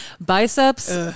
biceps